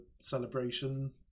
celebration